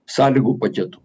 sąlygų paketu